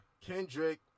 Kendrick